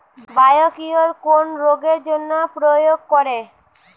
Biocure কোন রোগেরজন্য প্রয়োগ করে?